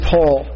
Paul